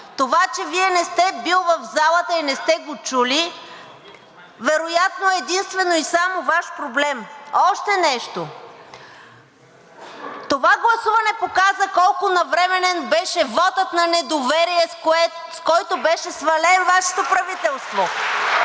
това, че Вие не сте били в залата и не сте го чули, вероятно е единствено и само Ваш проблем. Още нещо. Това гласуване показа колко навременен беше вотът на недоверие, с който беше свалено Вашето правителство.